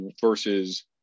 versus